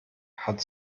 hat